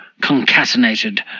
concatenated